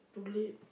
tulip